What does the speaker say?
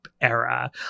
era